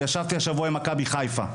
וישבתי השבוע עם מכבי חיפה,